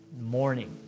morning